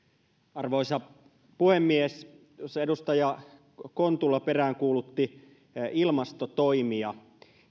arvoisa puhemies tuossa edustaja kontula peräänkuulutti ilmastotoimia